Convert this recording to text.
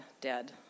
dead